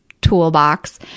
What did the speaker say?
toolbox